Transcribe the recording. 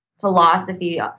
philosophy